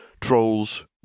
trolls